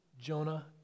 Jonah